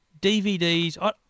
DVDs